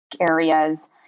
areas